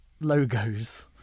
logos